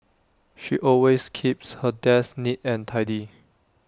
she always keeps her desk neat and tidy